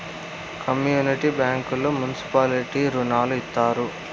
community బ్యాంకుల్లో municipality రుణాలు ఇత్తారు